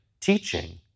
teaching